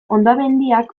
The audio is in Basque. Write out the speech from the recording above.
hondamendiak